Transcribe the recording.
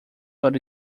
but